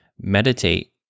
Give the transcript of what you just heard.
meditate